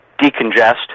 decongest